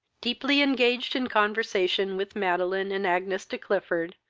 deeply engaged in conversation with madeline and agnes de clifford,